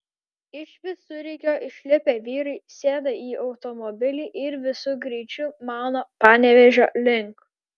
iš visureigio išlipę vyrai sėda į automobilį ir visu greičiu mauna panevėžio link